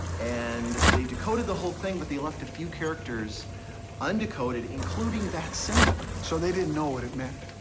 and they decoded the whole thing, but they left a few characters un-decoded, including that symbol. so they didn't know what it meant.